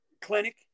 clinic